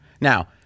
Now